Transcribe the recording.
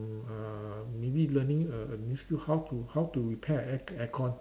uh maybe learning a a new skill how to how to repair a air aircon